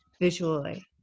visually